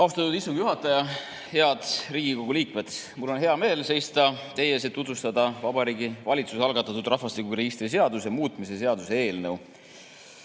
Austatud istungi juhataja! Head Riigikogu liikmed! Mul on hea meel seista teie ees, et tutvustada Vabariigi Valitsuse algatatud rahvastikuregistri seaduse muutmise seaduse